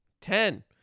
Ten